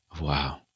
Wow